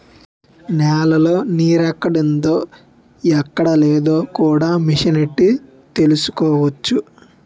నేలలో నీరెక్కడుందో ఎక్కడలేదో కూడా మిసనెట్టి తెలుసుకోవచ్చు